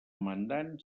mandant